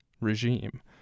regime